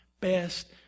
best